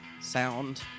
sound